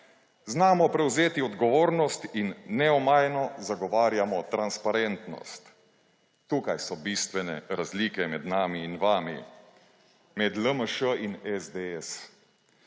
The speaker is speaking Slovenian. Znamo prevzeti odgovornost in neomajno zagovarjamo transparentnost. Tukaj so bistvene razlike med nami in vami, med LMŠ in SDS.